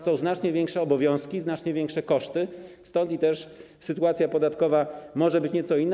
Są znacznie większe obowiązki, znacznie większe koszty, stąd też sytuacja podatkowa może być nieco inna.